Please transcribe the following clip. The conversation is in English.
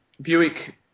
Buick